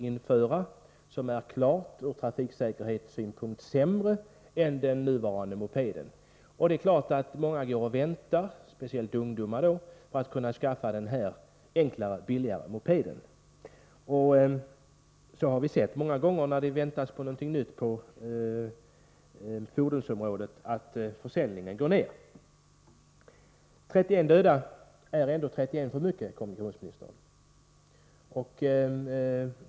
Ur trafiksäkerhetssynpunkt är den mopeden klart sämre än nuvarande mopedtyp. Det är klart att många, speciellt ungdomar, väntar på den enklare och billigare mopeden. När människor går och väntar på något nytt på fordonsområdet blir det många gånger en nedgång i försäljningen. 31 döda är ändå 31 för många, kommunikationsministern!